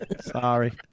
Sorry